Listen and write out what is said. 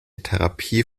therapie